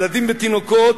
ילדים ותינוקות,